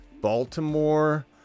Baltimore